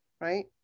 right